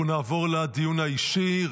אנחנו נעבור לדיון האישי.